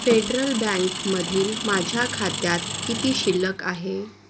federal बँकमधील माझ्या खात्यात किती शिल्लक आहे